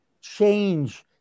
change